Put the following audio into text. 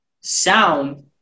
sound